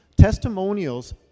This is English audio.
Testimonials